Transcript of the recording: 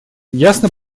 ясно